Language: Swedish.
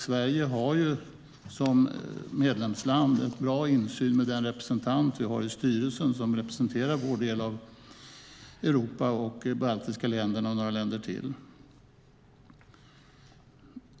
Sverige har som medlemsland en bra insyn med den representant vi har i styrelsen som representerar vår del av Europa, de baltiska länderna och några länder till.